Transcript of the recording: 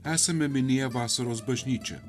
esame minėję vasaros bažnyčią